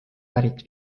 pärit